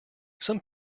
some